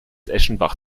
eschenbach